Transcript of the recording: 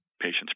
patient's